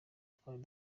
twari